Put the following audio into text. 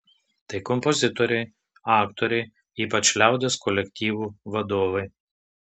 tai kompozitoriai aktoriai ypač liaudies kolektyvų vadovai